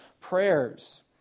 prayers